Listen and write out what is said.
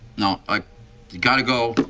no. ah gotta go.